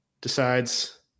decides